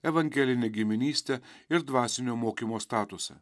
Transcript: evangelinę giminystę ir dvasinio mokymo statusą